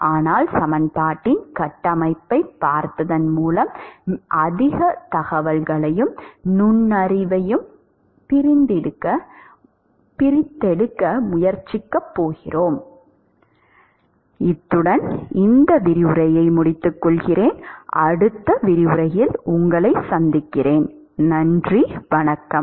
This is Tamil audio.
ஆனால் சமன்பாட்டின் கட்டமைப்பைப் பார்ப்பதன் மூலம் அதிக தகவல்களையும் நுண்ணறிவையும் பிரித்தெடுக்க முயற்சிக்கப் போகிறோம்